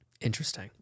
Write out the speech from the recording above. Interesting